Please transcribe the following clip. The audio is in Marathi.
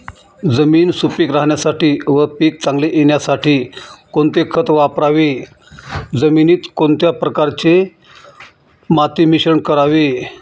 जमीन सुपिक राहण्यासाठी व पीक चांगले येण्यासाठी कोणते खत वापरावे? जमिनीत कोणत्या प्रकारचे माती मिश्रण करावे?